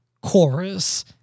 chorus